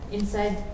inside